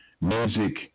music